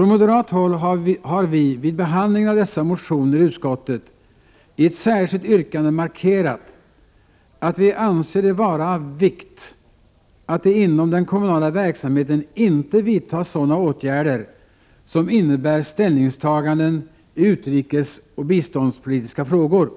Vi moderater har vid behandlingen av dessa motioner i utskottet i ett särskilt yttrande markerat, att vi anser det vara av vikt att det inom den kommunala verksamheten inte vidtas sådana åtgärder som innebär ställningstaganden i utrikespolitiska och biståndspolitiska frågor.